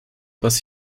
was